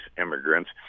immigrants